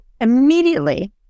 immediately